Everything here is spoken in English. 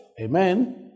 Amen